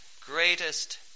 greatest